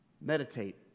meditate